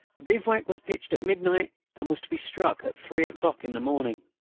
the bivouac was pitched at midnight and was to be struck at three o'clock in the morning.